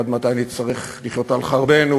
עד מתי נצטרך לחיות על חרבנו?